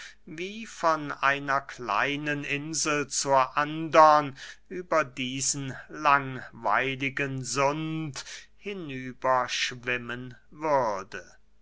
wie von einer kleinen insel zur andern über diesen langweiligen sund hinüber schwimmen würde